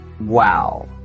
wow